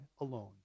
alone